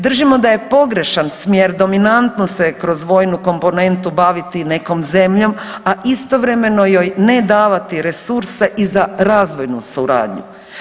Držimo da je pogrešan smjer dominantno se kroz vojnu komponentu baviti nekom zemljom, a istovremeno joj ne davati resurse i za razvojnu suradnju.